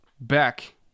back